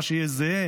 מה שיהיה זהה,